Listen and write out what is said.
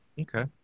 okay